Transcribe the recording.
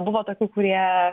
buvo tokių kurie